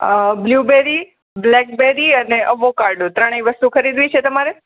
અ blueberry blackberry અને avocado ત્રણેય વસ્તુ ખરીદવી છે તમારે